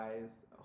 guys